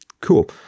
cool